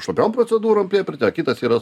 šlapiom procedūrom priepirty o kitas yra